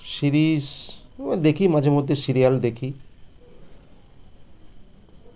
সিরিজও দেখি মাঝে মধ্যে সিরিয়াল দেখি